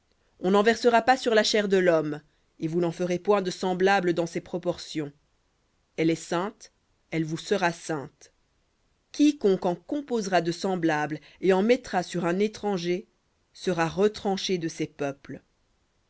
on n'en versera pas sur la chair de l'homme et vous n'en ferez point de semblable dans ses proportions elle est sainte elle vous sera sainte quiconque en composera de semblable et en mettra sur un étranger sera retranché de ses peuples